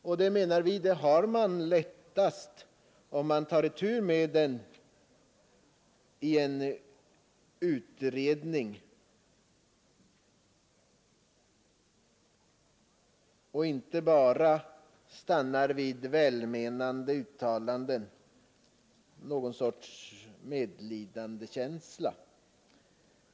Och det, menar vi, har man lättast, om en utredning får ta itu med den, så att det inte bara stannar vid välmenande uttalanden och någon sorts medlidandekänsla.